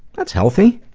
that's healthy.